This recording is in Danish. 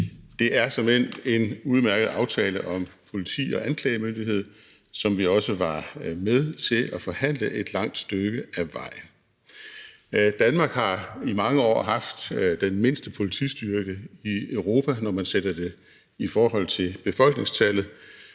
Det er såmænd en udmærket aftale om politi og anklagemyndighed, som vi også var med til at forhandle et langt stykke ad vejen. Danmark har i mange år haft den mindste politistyrke i Europa, når man sætter det i forhold til befolkningstallet,